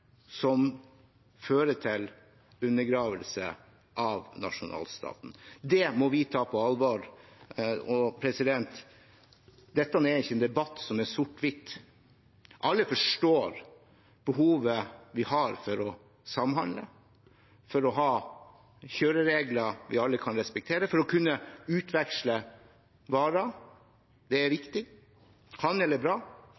det fører til undergraving av nasjonalstaten. Det må vi ta på alvor. Dette er ikke en debatt som er svart-hvitt. Alle forstår behovet vi har for å samhandle, for å ha kjøreregler vi alle kan respektere, og for å kunne utveksle varer. Det er viktig – handel er bra. Men den type globalisering vi